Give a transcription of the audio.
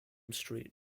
street